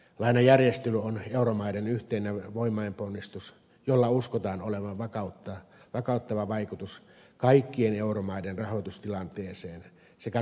lainajärjestely on euromaiden yhteinen voimainponnistus jolla uskotaan olevan vakauttava vaikutus kaikkien euromaiden rahoitustilanteeseen sekä talous ja työllisyyskehitykseen